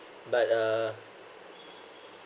but uh